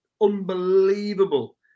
unbelievable